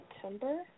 September